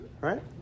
right